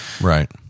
Right